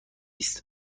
است